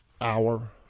hour